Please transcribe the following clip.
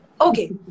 okay